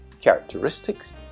characteristics